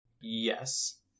Yes